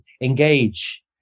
engage